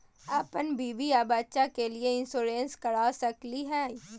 अपन बीबी आ बच्चा के भी इंसोरेंसबा करा सकली हय?